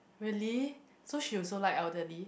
really so she also like elderly